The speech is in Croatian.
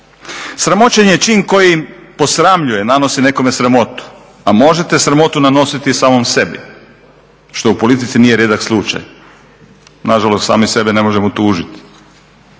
Sramoćenje je čin kojim posramljuje, nanosi nekome sramotu. Pa možete sramotu nanositi i samom sebi što u politici nije rijedak slučaj. Na žalost sami sebe ne možemo tužiti.